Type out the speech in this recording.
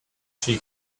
she